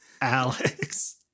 Alex